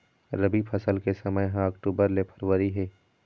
रबी फसल के समय ह अक्टूबर ले फरवरी हे